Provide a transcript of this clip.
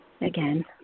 Again